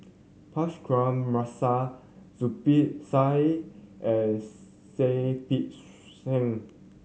Punch Zubir Said and Seah Peck Seah